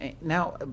Now